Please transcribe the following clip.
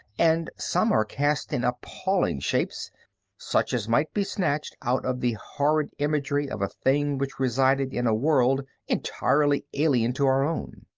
and some are cast in appalling shapes such as might be snatched out of the horrid imagery of a thing which resided in a world entirely alien to our own.